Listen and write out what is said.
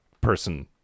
person